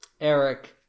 Eric